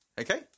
okay